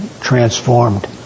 transformed